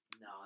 No